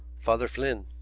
father flynn.